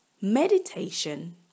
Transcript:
meditation